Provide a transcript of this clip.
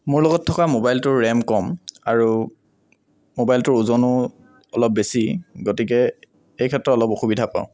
মোৰ লগত থকা ম'বাইলটোৰ ৰেম কম আৰু ম'বাইলটোৰ ওজনো অলপ বেছি গতিকে এই ক্ষেত্ৰত অলপ অসুবিধা পাওঁ